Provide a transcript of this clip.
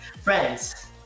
Friends